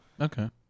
Okay